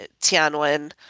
tianwen